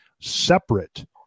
separate